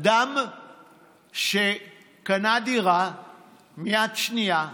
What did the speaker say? אדם שקנה דירה מיד שנייה,